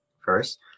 first